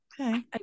Okay